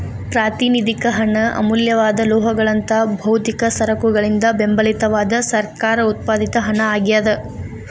ಪ್ರಾತಿನಿಧಿಕ ಹಣ ಅಮೂಲ್ಯವಾದ ಲೋಹಗಳಂತಹ ಭೌತಿಕ ಸರಕುಗಳಿಂದ ಬೆಂಬಲಿತವಾದ ಸರ್ಕಾರ ಉತ್ಪಾದಿತ ಹಣ ಆಗ್ಯಾದ